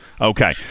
Okay